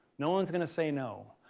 no one's going to say no.